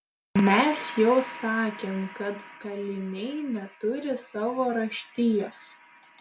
mes jau sakėm kad kaliniai neturi savo raštijos